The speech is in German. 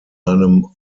einem